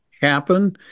happen